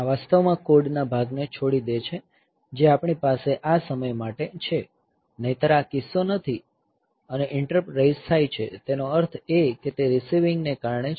આ વાસ્તવમાં કોડ ના ભાગને છોડી દે છે જે આપણી પાસે આ સમય માટે છે નહિંતર આ કિસ્સો નથી અને ઈંટરપ્ટ રેઈઝ થાય છે તેનો અર્થ એ કે તે રીસીવિંગ receiving ને કારણે છે